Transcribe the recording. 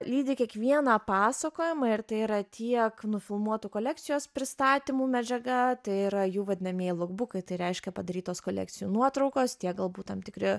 lydi kiekvieną pasakojimą ir tai yra tiek nufilmuotų kolekcijos pristatymų medžiaga tai yra jų vadinamieji lukbukai tai reiškia padarytos kolekcijų nuotraukos tiek galbūt tam tikri